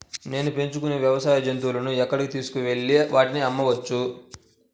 నేను పెంచుకొనే వ్యవసాయ జంతువులను ఎక్కడికి తీసుకొనివెళ్ళి వాటిని అమ్మవచ్చు?